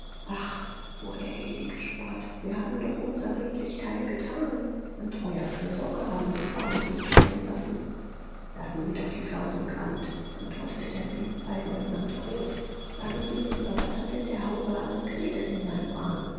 fuhr er elegisch fort wir haben doch unser redlich teil getan an treuer fürsorge haben wir's wahrlich nicht fehlen lassen lassen sie doch die flausen quandt antwortete der polizeileutnant grob sagen sie mir lieber was hat denn der hauser alles geredet in seinem wahn